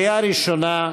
קריאה ראשונה.